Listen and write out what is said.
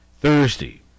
Thursday